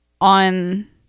on